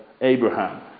Abraham